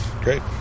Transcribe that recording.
Great